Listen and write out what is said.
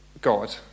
God